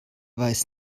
weiß